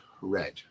red